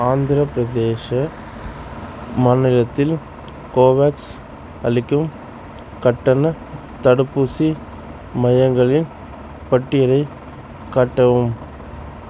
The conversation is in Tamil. ஆந்திரப் பிரதேச மாநிலத்தில் கோவேக்ஸ் அளிக்கும் கட்டணத் தடுப்பூசி மையங்களின் பட்டியலைக் காட்டவும்